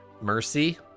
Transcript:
mercy